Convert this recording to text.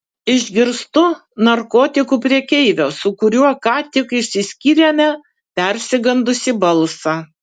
išgirstu narkotikų prekeivio su kuriuo ką tik išsiskyrėme persigandusį balsą